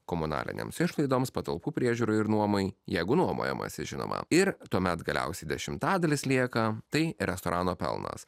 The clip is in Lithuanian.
komunalinėms išlaidoms patalpų priežiūrai ir nuomai jeigu nuomojamasi žinoma ir tuomet galiausiai dešimtadalis lieka tai restorano pelnas